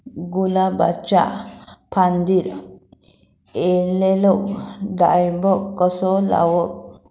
गुलाबाच्या फांदिर एलेलो डायबॅक कसो घालवं?